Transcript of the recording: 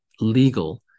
legal